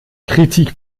kritik